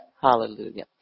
Hallelujah